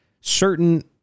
Certain